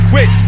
Wait